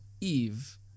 Eve